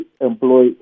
employ